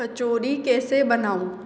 कचौरी कैसे बनाऊँ